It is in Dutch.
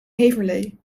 heverlee